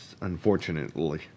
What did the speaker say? unfortunately